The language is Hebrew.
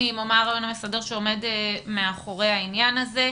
או מה הרעיון שעומד מאחורי העניין הזה.